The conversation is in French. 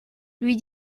lui